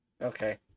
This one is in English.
Okay